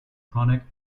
chronic